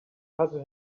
hustle